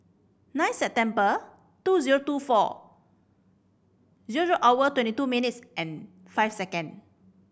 nine September two zero two four zero hour twenty two minutes and five second